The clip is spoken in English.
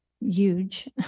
huge